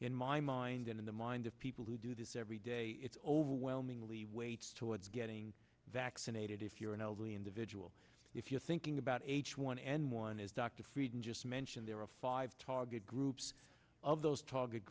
in my mind and in the mind of people who do this every day it's overwhelmingly weight towards getting vaccinated if you're an elderly individual if you're thinking about h one n one is dr frieden just mentioned there are five target groups of those target